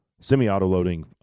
semi-auto-loading